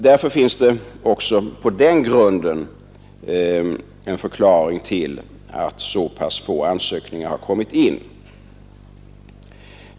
Därför finns det också på den grunden en förklaring till att så pass få ansökningar har kommit in.